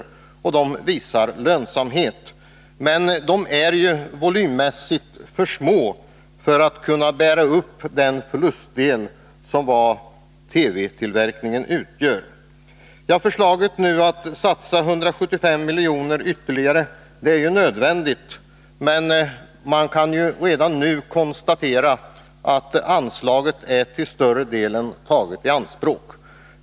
Dessa produkter visar lönsamhet, men de är volymmässigt för små för att kunna bära upp den förlustdel som TV-tillverkningen utgör. Det skall enligt förslaget satsas 175 milj.kr. ytterligare. Det är ju nödvändigt, men redan nu kan konstateras att anslaget till större delen är taget i anspråk.